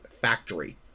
factory